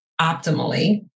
optimally